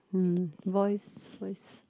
mm voice voice